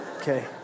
okay